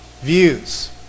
views